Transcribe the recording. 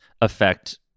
affect